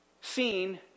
seen